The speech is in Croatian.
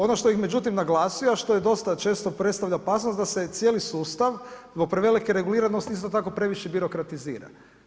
Ono što bih međutim naglasio a što dosta često predstavlja opasnost da se cijeli sustav zbog prevelike reguliranosti isto tako previše birokratizira.